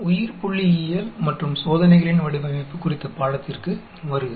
உயிர்புள்ளியியல் மற்றும் சோதனைகளின் வடிவமைப்பு குறித்த பாடத்திற்கு வருக